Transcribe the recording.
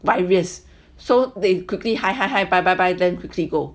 virus so they quickly hi hi hi bye bye bye then quickly go